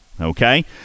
okay